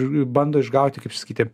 bando išgauti kaip sakyti